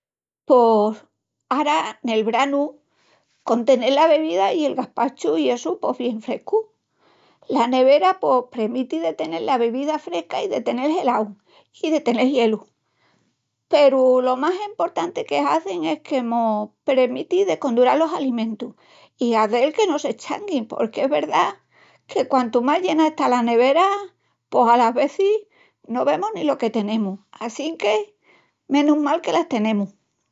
Pos ara nel branu con tenel la bebida i el gaspachu i essu pos bien frescus. La nevera pos premiti de tenel la bebida fresca i de tenel gelaus, i de tenel gielu. Peru lo más emportanti que hazin es que mos premitin de condural los alimentus i hazel que no s'eschanguin porque es verdá que quantu más llena está la nevera pos alas vezis no vemus ni lo que tenemus assinque menus mal que las tenemus.